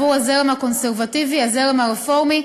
בעבור הזרם הקונסרבטיבי והזרם הרפורמי,